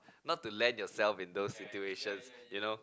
not to land yourself in those situations you know